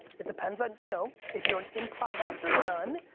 it depends on, you know, if you're an improv actor none,